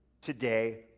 today